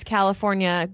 California